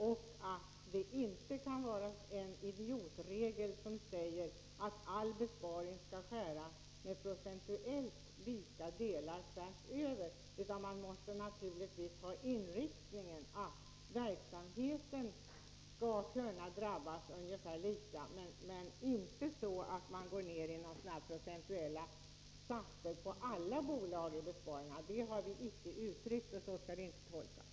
Vi kan inte följa en idiotregel, som säger att alla besparingar skall göras med procentuellt lika stora delar tvärsöver. Man måste naturligtvis ha den inriktningen att verksamheterna skall drabbas ungefär lika. Man får inte för besparingarna tillämpa samma procentsats på alla bolag. Så skall vårt uttalande inte tolkas.